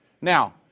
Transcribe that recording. Now